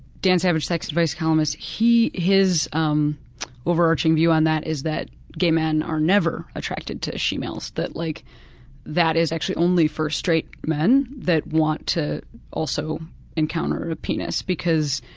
dan savage, sex-based columnist, his um over-arching view on that is that gay men are never attracted to she-males. that like that is actually only for straight men that want to also encounter a penis, because